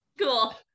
cool